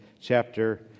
chapter